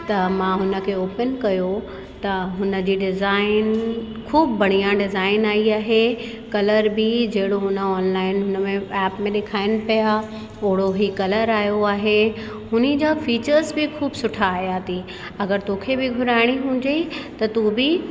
त मां हुन खे ऑपन कयो त हुन जी डिज़ाइन ख़ूब बढ़िया डिज़ाइन आई आहे कलर बि जहिड़ो हुन ऑनलाइन हुन में ऐप में ॾेखारनि पिया ओड़ो ई कलर आयो आहे हुन ई जा फीचर्स बि ख़ूब सुठा आया थी अगरि तोखे बि घुराइणी हुजे त तू बि